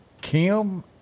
Kim